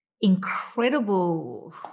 incredible